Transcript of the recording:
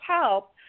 help